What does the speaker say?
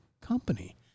company